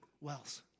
wells